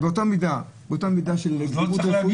תחליט לא